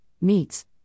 meats